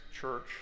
church